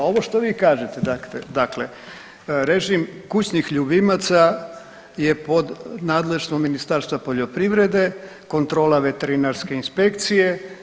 A ovo što vi kažete, dakle režim kućnih ljubimaca je pod nadležnosti Ministarstva poljoprivrede, kontrola veterinarske inspekcije.